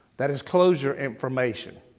that is closure information.